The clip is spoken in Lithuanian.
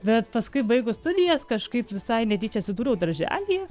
bet paskui baigus studijas kažkaip visai netyčia atsidūriau darželyje